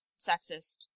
sexist